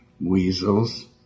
weasels